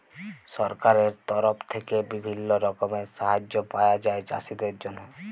সরকারের তরফ থেক্যে বিভিল্য রকমের সাহায্য পায়া যায় চাষীদের জন্হে